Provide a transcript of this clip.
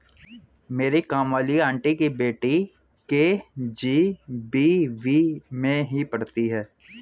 मेरी काम वाली आंटी की बेटी के.जी.बी.वी में ही पढ़ती है